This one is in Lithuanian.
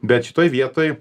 bet šitoj vietoj